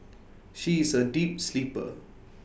she is A deep sleeper